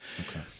Okay